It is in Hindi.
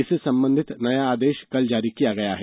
इससे संबंधित नया आदेश कल जारी कर दिया गया है